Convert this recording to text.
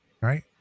right